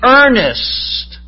earnest